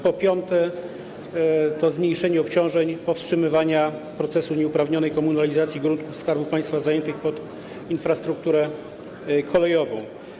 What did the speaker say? Po piąte, jest to zmniejszenie obciążeń i powstrzymywanie procesów nieuprawnionej komunalizacji gruntów Skarbu Państwa zajętych pod infrastrukturę kolejową.